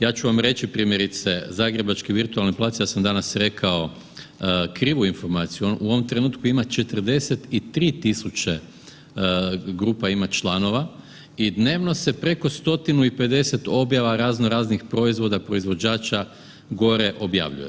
Ja ću vam reći primjerice zagrebački virtualni plac, ja sam danas rekao krivu informaciju on u ovom trenutku ima 43.000 grupa ima članova i dnevno se preko 150 objava razno raznih proizvoda, proizvođača gore objavljuje.